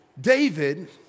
David